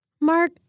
Mark